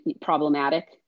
problematic